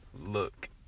look